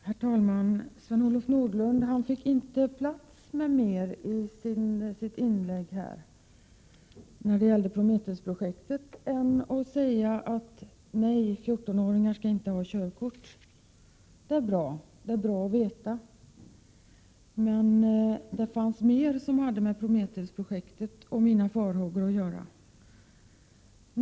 Herr talman! Sven-Olof Nordlund fick inte plats med mer i sitt inlägg när det gällde Prometheus-projektet än att säga att 14-åringar inte skall ha körkort. Det är bra att veta, men det finns mer som har med Prometheusprojektet och mina farhågor att göra.